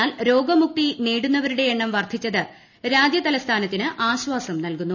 എന്നാൽ രോഗമുക്തി നേടുന്നവൃത്തിട്ട് എണ്ണം വർദ്ധിച്ചത് രാജ്യതലസ്ഥാനത്തിന് ആശ്വാസം ന്ന്ൽക്കുന്നു